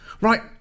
Right